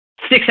six